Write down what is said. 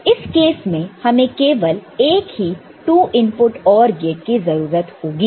तो इस केस में हमें केवल एक ही 2 इनपुट OR गेट की जरूरत होगी